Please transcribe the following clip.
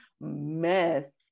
mess